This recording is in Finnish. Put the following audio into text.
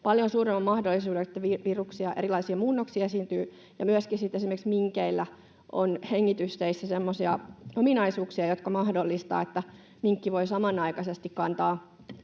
paljon suuremman mahdollisuuden, että viruksista erilaisia muunnoksia esiintyy, ja sitten myöskin esimerkiksi minkeillä on hengitysteissä semmoisia ominaisuuksia, jotka mahdollistavat, että minkki voi samanaikaisesti kantaa